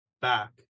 back